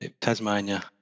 Tasmania